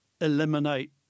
eliminate